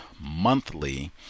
monthly